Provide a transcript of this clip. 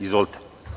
Izvolite.